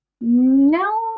no